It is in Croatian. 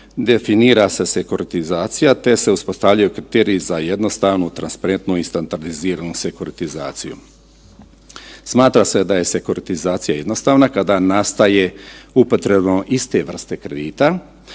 definira se sekuratizacija te se uspostavljaju kriteriji za jednostavnu, transparentu i standardiziranu sekuratizaciju. Smatra se da je sekuratizacija jednostavna kada nastaje upotrebom iste vrste kredita